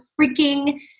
freaking